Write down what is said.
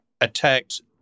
attacked